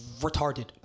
retarded